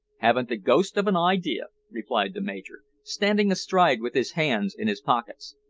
haven't the ghost of an idea, replied the major, standing astride with his hands in his pockets.